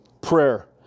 prayer